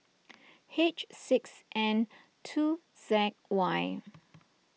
H six N two Z Y